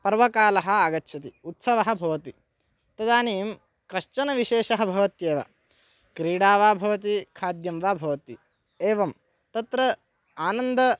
पर्वकालः आगच्छति उत्सवः भवति तदानीं कश्चन विशेषः भवत्येव क्रीडा वा भवति खाद्यं वा भवति एवं तत्र आनन्दं